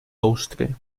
austria